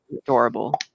adorable